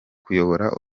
kuyobora